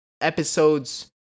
episodes